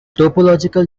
topological